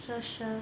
sure sure